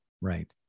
Right